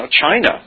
China